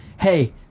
hey